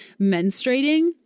menstruating